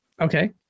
Okay